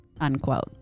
unquote